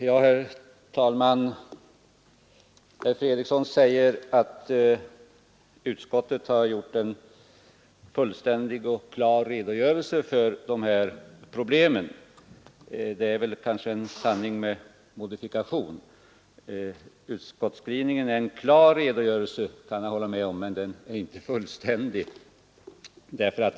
Herr talman! Herr Fredriksson säger att utskottet har gjort en fullständig och klar redogörelse för de här problemen. Det är väl en sanning med modifikation. Utskottets skrivning är en klar redogörelse, det kan jag hålla med om, men den är inte fullständig.